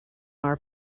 our